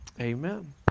Amen